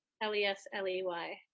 l-e-s-l-e-y